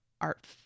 art